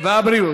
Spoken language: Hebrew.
ועדת הבריאות.